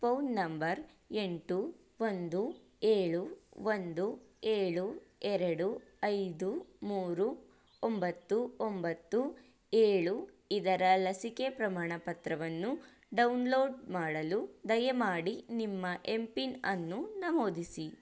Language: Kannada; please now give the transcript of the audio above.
ಫೋನ್ ನಂಬರ್ ಎಂಟು ಒಂದು ಏಳು ಒಂದು ಏಳು ಎರಡು ಐದು ಮೂರು ಒಂಬತ್ತು ಒಂಬತ್ತು ಏಳು ಇದರ ಲಸಿಕೆ ಪ್ರಮಾಣಪತ್ರವನ್ನು ಡೌನ್ ಲೋಡ್ ಮಾಡಲು ದಯಮಾಡಿ ನಿಮ್ಮ ಎಂ ಪಿನ್ ಅನ್ನು ನಮೂದಿಸಿ